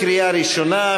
קריאה ראשונה,